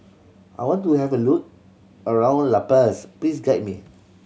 I want to have a look around La Paz please guide me